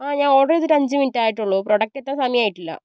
ആ ഞാൻ ഓർഡറ് ചെയ്തിട്ട് അഞ്ച് മിനിറ്റ് ആയിട്ടൊള്ളു പ്രൊഡക്റ്റ് എത്താൻ സമയായിട്ടില്ല